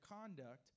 conduct